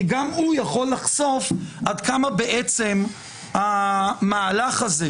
כי גם הוא יכול לחשוף עד כמה המהלך הזה,